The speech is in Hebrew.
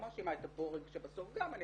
מאשימה את הבורג שבסוף, אני גם מאשימה,